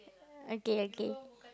okay okay